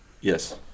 yes